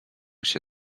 się